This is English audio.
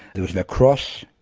there was lacrosse,